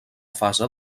fase